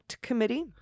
Committee